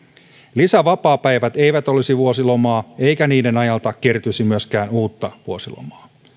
lisävapaapäivät eivät olisi vuosilomaa eikä niiden ajalta kertyisi myöskään uutta vuosilomaa